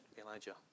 Elijah